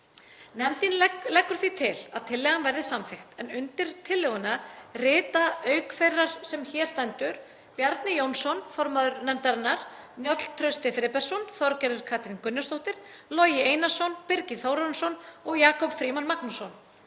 Nefndin leggur því til að tillagan verði samþykkt. Undir tillöguna rita, auk þeirrar sem hér stendur, Bjarni Jónsson, formaður nefndarinnar, Njáll Trausti Friðbertsson, Þorgerður Katrín Gunnarsdóttir, Logi Einarsson, Birgir Þórarinsson og Jakob Frímann Magnússon.